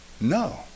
No